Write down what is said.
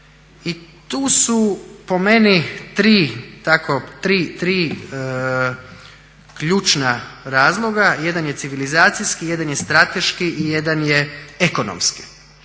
I tu su po meni tri ključna razloga. Jedan je civilizacijski, jedan je strateški i jedan je ekonomski.